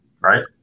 right